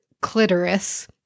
clitoris